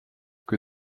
kui